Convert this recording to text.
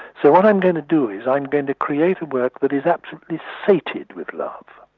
so what i'm going to do is, i'm going to create a work that is absolutely sated with love.